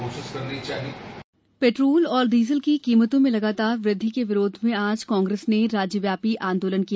कांग्रेस प्रदर्शन पेट्रोल और डीजल की कीमतों में लगातार वृद्धि के विरोध में आज कांग्रेस ने राज्यव्यापी आंदोलन किया